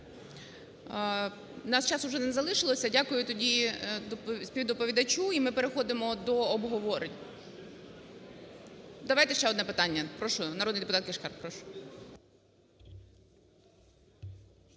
нас часу вже не залишилося. Дякую тоді співдоповідачу. І ми переходимо до обговорень. Давайте ще одне питання. Прошу, народний депутат Кишкар.